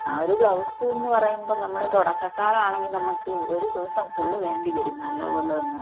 ആ ഒരു ബ്ലൗസെന്നു പറയുമ്പോള് നമ്മള് തുടക്കക്കാരാണെങ്കില് നമുക്ക് ഒരു ദിവസം ഫുള് വേണ്ടി വരും നല്ല പോലെയൊന്ന്